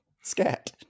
Scat